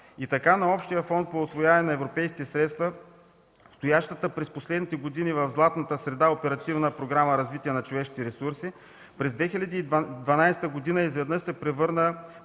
И така на общия фон по усвояване на европейски средства, стоящата през последните години в златната среда Оперативна програма „Развитие на човешките ресурси” през 2012 г. изведнъж се превърна